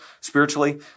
spiritually